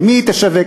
למי היא תשווק,